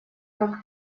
как